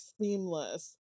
seamless